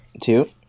two